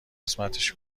قسمتش